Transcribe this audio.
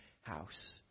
house